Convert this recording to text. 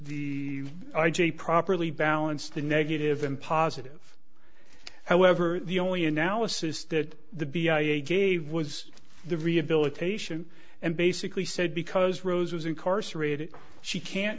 the i j properly balance the negative and positive however the only analysis that the b i i gave was the rehabilitation and basically said because rose was incarcerated she can't